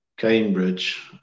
Cambridge